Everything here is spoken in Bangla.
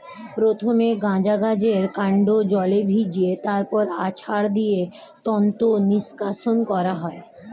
প্রথমে গাঁজা গাছের কান্ড জলে ভিজিয়ে তারপর আছাড় দিয়ে তন্তু নিষ্কাশণ করা হয়